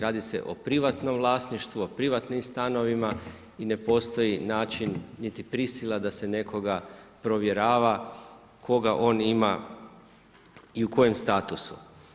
Radi se o privatnom vlasništvu o privatnim stanovima i ne postoji način niti prisila da se nekoga provjerava koga on ima i u kojem statusu.